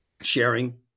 sharing